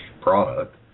product